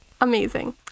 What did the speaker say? Amazing